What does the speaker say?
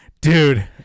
Dude